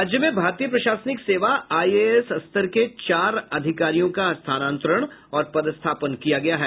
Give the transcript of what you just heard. राज्य में भारतीय प्रशासनिक सेवा आईएएस स्तर के चार अधिकारियों का स्थानांतरण और पदस्थापन किया गया है